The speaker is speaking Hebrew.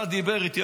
בא, דיבר איתי.